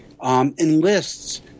Enlists